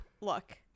Look